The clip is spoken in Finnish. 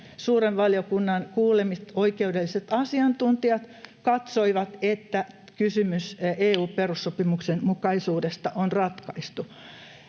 suuren valiokunnan kuulemat oikeudelliset asiantuntijat katsoivat, että kysymys EU-perussopimuksen mukaisuudesta on ratkaistu.